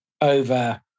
over